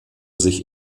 sich